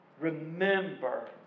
Remember